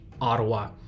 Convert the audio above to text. Ottawa